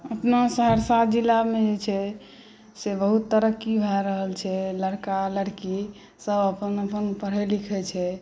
अपना सहरसा जिलामे जे छै से बहुत तरक्की भए रहल छै लड़का लड़कीसभ अपन अपन पढ़ैत लिखैत छै